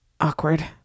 awkward